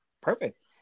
perfect